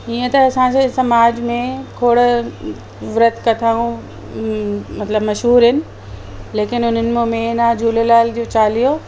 हीअं त असांजे समाज में खोड़ व्रत कथाऊं मतिलबु मशहूरु आहिनि लेकिन उन्हनि मो मेन आहे झूलेलाल जो चालीहो